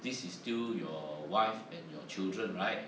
this is still your wife and your children right